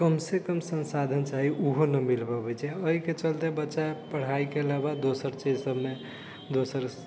कमसँ कम सन्साधन चाही ओहो न मिल पाबै छै एहिके चलते बच्चा पढ़ाइके अलावा दोसर चीज सभमे दोसर